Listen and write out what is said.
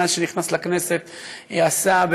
מאז שנכנס לכנסת עשה,